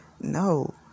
No